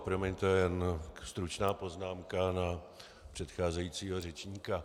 Promiňte, jen stručná poznámka na předcházejícího řečníka.